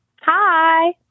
Hi